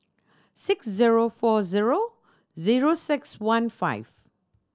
six zero four zero zero six one five